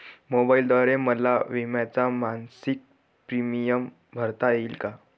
मोबाईलद्वारे मला विम्याचा मासिक प्रीमियम भरता येईल का?